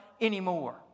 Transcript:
anymore